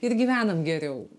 ir gyvenam geriau